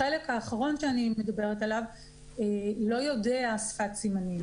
החלק האחרון שאני מדברת עליו לא יודע שפת סימנים.